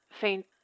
faint